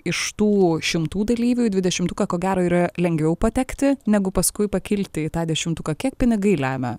iš tų šimtų dalyvių į dvidešimuką ko gero yra lengviau patekti negu paskui pakilti į tą dešimtuką kiek pinigai lemia